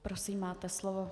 Prosím, máte slovo.